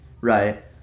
right